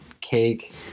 cake